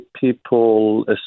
people